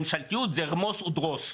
ממשלתיות זה רמוס ודרוס.